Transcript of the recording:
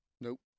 Nope